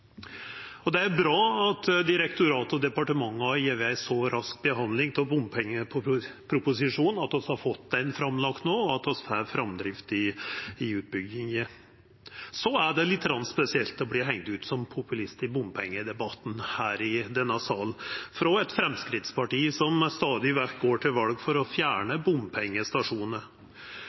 strekningane. Det er bra at direktoratet og departementet har gjeve ei så rask behandling av bompengeproposisjonen at vi har fått han lagd fram no, og at vi får framdrift i utbygginga. Det er litt spesielt å verta hengt ut som populist i bompengedebatten i denne salen, av eit Framstegsparti som stadig vekk går til val på å